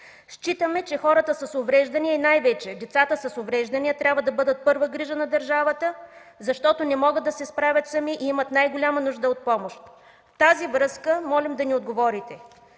Считаме, че хората с увреждания и най-вече децата с увреждания трябва да бъдат първа грижа на държавата, защото не могат да се справят сами и имат най-голяма нужда от помощ. В тази връзка молим да ни отговорите: